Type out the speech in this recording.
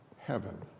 heaven